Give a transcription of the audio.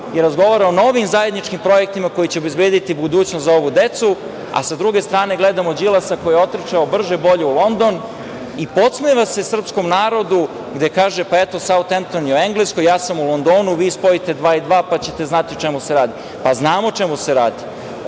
razgovara o novim zajedničkim projektima koji će obezbediti budućnost za ovu decu. Sa druge strane, gledamo Đilasa koji je otrčao brže bolje u London i podsmeva se srpskom narodu, gde kaže – eto, Sautempton je u Engleskoj, ja sam u Londonu, vi spojite dva i dva pa ćete znati o čemu se radi. Znamo o čemu se radi,